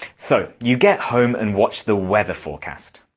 so you get home and watch the weather forecast.